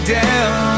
down